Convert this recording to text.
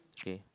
okay